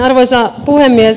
arvoisa puhemies